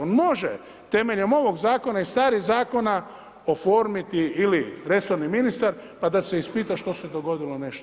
On može temeljem ovog zakona i starih zakona oformiti ili resorni ministar pa da se ispita što se dogodilo nešto.